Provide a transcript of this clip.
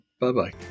Bye-bye